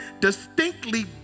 distinctly